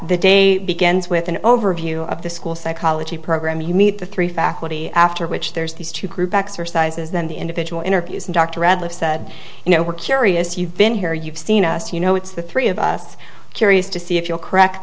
the day begins with an overview of the school psychology program you meet the three faculty after which there's these two group exercises then the individual interviews and dr adler said you know we're curious you've been here you've seen us you know it's the three of us curious to see if you'll correct